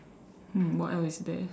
hmm what else is there